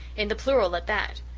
in the plural, at that!